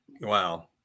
Wow